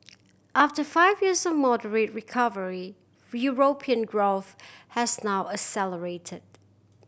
after five years of moderate recovery European growth has now accelerated